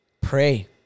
Pray